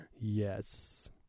Yes